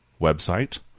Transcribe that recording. website